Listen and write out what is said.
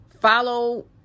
follow